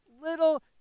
little